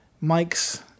Mike's